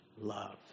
love